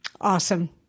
Awesome